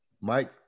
Mike